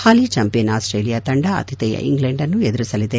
ಪಾಲಿ champion Australia ತಂಡ ಅತಿಥೇಯ England ಅನ್ನು ಎದುರಿಸಲಿದೆ